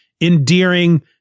endearing